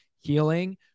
Healing